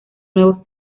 nuevos